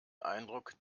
eindruck